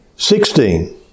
Sixteen